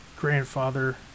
grandfather